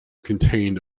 contained